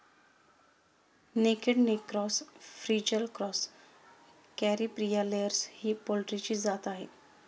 naked neck cross, frizzle cross, Caripriya layers ही पोल्ट्रीची जात आहे